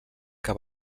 que